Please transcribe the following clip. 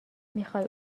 میخوای